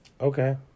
Okay